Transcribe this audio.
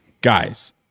Guys